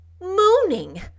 Mooning